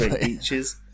beaches